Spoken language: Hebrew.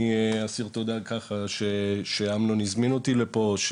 אני אסיר תודה על כך שאמנון הזמין אותי לפה.